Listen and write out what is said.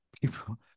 people